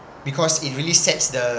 because it really sets the